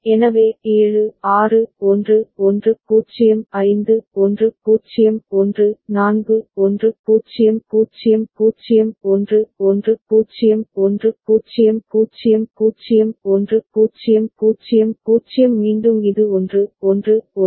எனவே 7 6 1 1 0 5 1 0 1 4 1 0 0 0 1 1 0 1 0 0 0 1 0 0 0 மீண்டும் இது 1 1 1